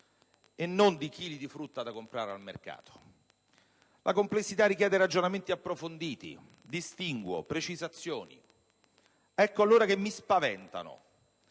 e non di chili di frutta da comprare al mercato. La complessità richiede ragionamenti approfonditi, distinguo e precisazioni. Ecco allora che mi spaventano